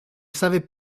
savaient